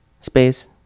space